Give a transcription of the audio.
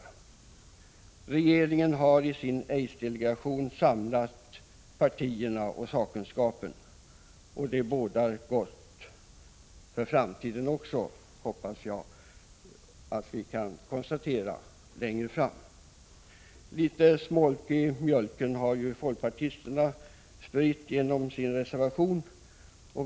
I den av regeringen tillsatta aidsdelegationen har regeringen samlat företrädare för partierna och sakkunskapen, och det bådar gott för framtiden. I varje fall hoppas jag att vi längre fram i tiden skall kunna konstatera det. Litet smolk i mjölken har dock folkpartisterna åstadkommit genom sin reservation.